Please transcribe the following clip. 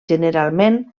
generalment